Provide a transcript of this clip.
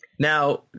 Now